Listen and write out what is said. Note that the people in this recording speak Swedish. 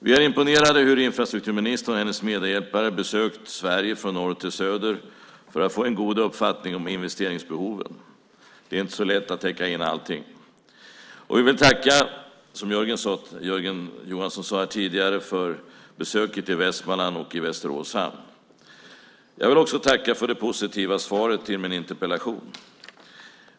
Vi är imponerade av hur infrastrukturministern och hennes medhjälpare besökt olika platser i Sverige, från norr till söder, för att få en god uppfattning om investeringsbehoven. Det är inte så lätt att täcka in allting. Vi vill, som Jörgen Johansson här tidigare sade, tacka för besöket i Västmanland och i Västerås hamn. Jag vill också tacka för det positiva svaret på min interpellation.